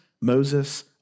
Moses